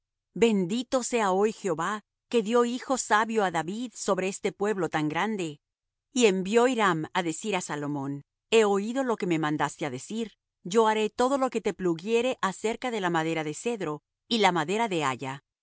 bendito sea hoy jehová que dió hijo sabio á david sobre este pueblo tan grande y envió hiram á decir á salomón he oído lo que me mandaste á decir yo haré todo lo que te pluguiere acerca de la madera de cedro y la madera de haya